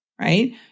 right